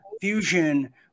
fusion